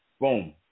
boom